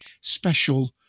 special